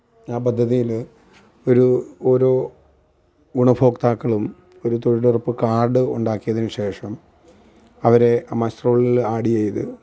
ആ പദ്ധതിയിൽ ഒരു ഓരോ ഗുണഭോക്താക്കളും ഒരു തൊഴിലുറപ്പ് കാര്ഡ് ഉണ്ടാക്കിയതിന് ശേഷം അവരെ ആ മസ്റോളില് ആഡ് ചെയ്തു